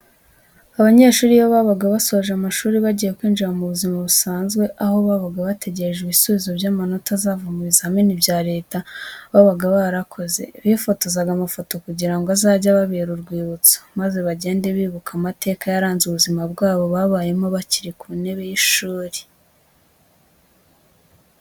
Abanyeshuri iyo babaga basoje amashuri bagiye kwinjira mu buzima busanzwe, aho baba bategereje ibisubizo by'amanota azava mu bizamini bya Leta baba barakoze, bifotozaga amafoto kugira ngo azajye ababera urwibutso maze bagende bibuka amateka yaranze ubuzima bwabo babayemo bakiri ku ntebe y'ishuri.